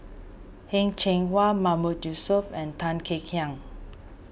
Heng Cheng Hwa Mahmood Yusof and Tan Kek Hiang